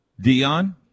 Dion